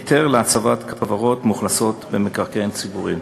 היתר להצבת כוורות מאוכלסות במקרקעין ציבוריים: